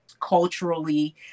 culturally